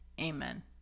Amen